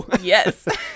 Yes